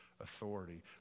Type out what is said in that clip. authority